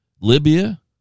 Libya